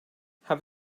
have